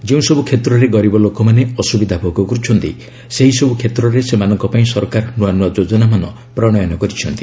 ଯେଉଁସବୁ କ୍ଷେତ୍ରରେ ଗରିବ ଲୋକମାନେ ଅସୁବିଧା ଭୋଗ କରୁଛନ୍ତି ସେହିସବୁ କ୍ଷେତ୍ରରେ ସେମାନଙ୍କ ପାଇଁ ସରକାର ନୂଆ ନୂଆ ଯୋଜନାମାନ ପ୍ରଣୟନ କରିଛନ୍ତି